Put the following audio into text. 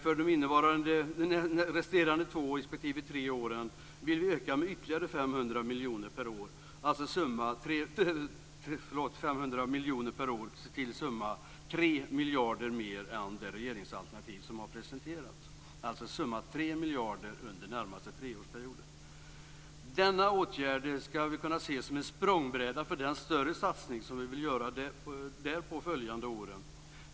För de därefter kommande två respektive tre åren vill vi öka väganslaget med ytterligare 500 miljoner per år. Summan blir alltså 3 miljarder högre för den närmaste treårsperioden än summan i det budgetalternativ som har presenterats. Denna åtgärd ska kunna ses som en språngbräda för den större satsning som vi vill göra de därpå följande åren.